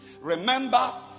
Remember